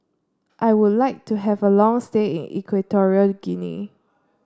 I would like to have a long stay in Equatorial Guinea